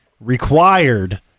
required